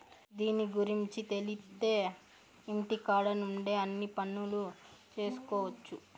దీని గురుంచి తెలిత్తే ఇంటికాడ నుండే అన్ని పనులు చేసుకొవచ్చు